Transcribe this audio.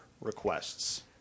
requests